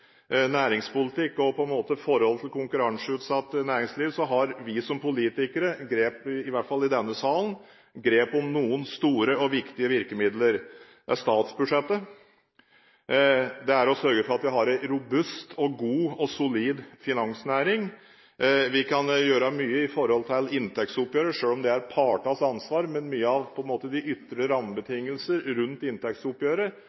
næringspolitikk og forholdet til konkurranseutsatt næringsliv, har vi som politikere – i hvert fall i denne salen – grep om noen store og viktige virkemidler. Det er statsbudsjettet, det er å sørge for at vi har en robust, god og solid finansnæring, og vi kan gjøre mye når det gjelder inntektsoppgjøret, selv om det er partenes ansvar. Men mange av de ytre rammebetingelser rundt inntektsoppgjøret er også en